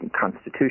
constitution